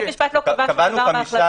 אם בית המשפט לא קבע דבר בהחלטתו.